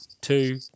two